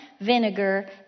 vinegar